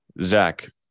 Zach